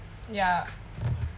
ya